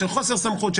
של חוסר סמכות,